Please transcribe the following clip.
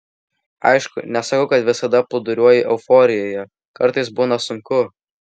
aišku nesakau kad visada plūduriuoju euforijoje kartais būna sunku